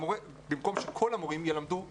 במקום שכל המורים ילמדו ב-זום.